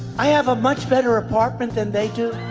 i have a much better apartment than they do